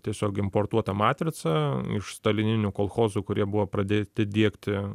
tiesiog importuota matrica iš stalininių kolchozų kurie buvo pradėti diegti